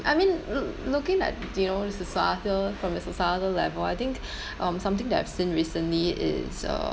I mean loo~ looking at you know societal from the societal level I think um something that I've seen recently is uh